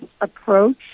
approach